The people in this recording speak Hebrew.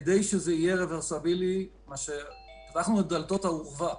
כדי שזה יהיה רברסיבילי פתחנו את דלתות האורווה,